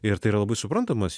ir tai yra labai suprantamas